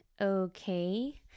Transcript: Okay